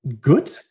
Good